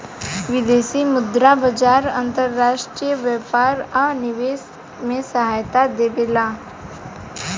विदेशी मुद्रा बाजार अंतर्राष्ट्रीय व्यापार आ निवेश में सहायता देबेला